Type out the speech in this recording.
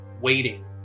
waiting